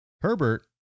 Herbert